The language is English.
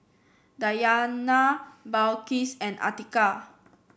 Dayana Balqis and Atiqah